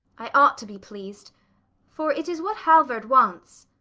i ought to be pleased for it is what halvard wants